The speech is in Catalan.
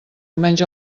menys